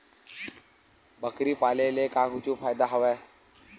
बकरी पाले ले का कुछु फ़ायदा हवय?